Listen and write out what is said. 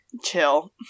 chill